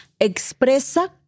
expresa